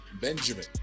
Benjamin